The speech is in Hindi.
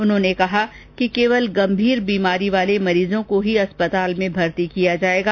उन्होंने कहा कि केवल ज्यादा गंभीर बीमारी वाले मरीजों को ही अस्पताल में भर्ती किया जाएगा